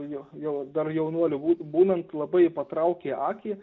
nu jau dar jaunuoliu bū būnant labai patraukė akį